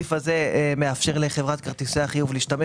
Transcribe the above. הסעיף הזה מאפשר לחברת כרטיסי החיוב להשתמש